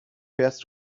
fährst